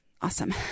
Awesome